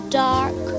dark